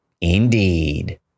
Indeed